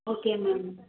okay ma'am